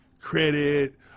Credit